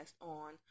on